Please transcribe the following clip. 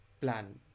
plan